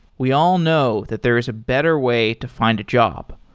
we all know that there is a better way to find a job.